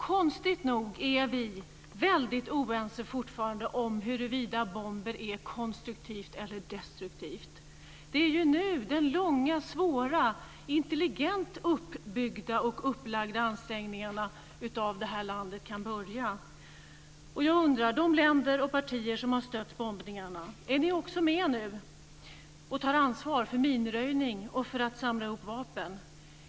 Konstigt nog är vi fortfarande oense om huruvida bomber är konstruktivt eller destruktivt. Det är ju nu som de långa, svåra, intelligent upplagda och uppbyggda ansträngningarna för att återuppbygga det här landet kan börja. Jag undrar över de länder och partier som har stött bombningarna: Är ni också med nu och tar ansvar för minröjning och för att samla ihop vapen?